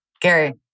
Gary